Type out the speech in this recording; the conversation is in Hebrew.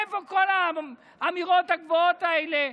איפה כל האמירות הגבוהות האלה,